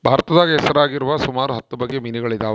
ಭಾರತದಾಗ ಹೆಸರಾಗಿರುವ ಸುಮಾರು ಹತ್ತು ಬಗೆ ಮೀನುಗಳಿದವ